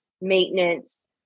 maintenance